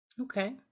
Okay